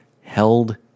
held